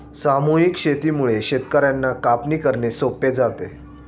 सामूहिक शेतीमुळे शेतकर्यांना कापणी करणे सोपे जाते